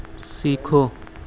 سیکھو